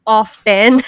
often